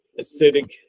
acidic